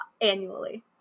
annually